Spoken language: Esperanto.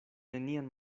nenian